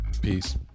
Peace